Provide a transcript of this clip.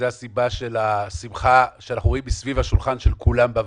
זו הסיבה לשמחה שאנחנו רואים סביב השולחן בוועדה,